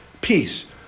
peace